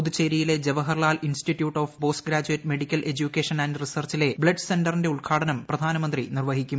പുതുച്ചേരിയിലെ Jawaharlal institute of post graduate medical education and റിസർച്ചിലെ blood സെന്ററിന്റെ ഉദ്ഘാടനം പ്രധാനമന്ത്രി നിർവ്വഹിക്കും